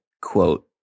quote